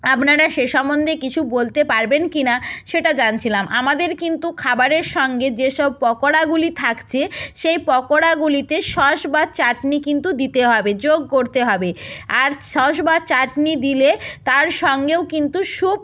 আপনারা সে সম্বন্ধে কিছু বলতে পারবেন কি না সেটা জানছিলাম আমাদের কিন্তু খাবারের সঙ্গে যেসব পকোড়াগুলি থাকছে সেই পকোড়াগুলিতে সস বা চাটনি কিন্তু দিতে হবে যোগ করতে হবে আর সস বা চাটনি দিলে তার সঙ্গেও কিন্তু স্যুপ